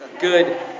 Good